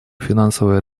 финансовое